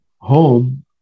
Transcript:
home